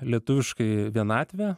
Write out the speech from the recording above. lietuviškai vienatvė